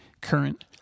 current